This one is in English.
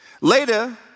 Later